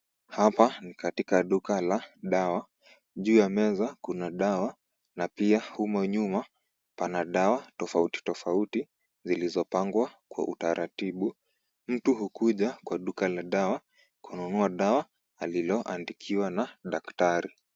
Hapa ni katika duka la dawa. Juu ya meza kuna dawa, na pia humo nyuma, pana dawa tofauti tofauti zilizopangwa kwa utaratibu. Mtu hukuja kwa duka la dawa kununua dawa aliloandikiwa na daktari.